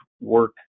work